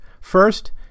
First